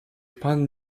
pan